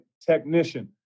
technician